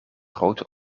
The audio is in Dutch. grote